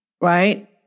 right